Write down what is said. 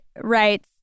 writes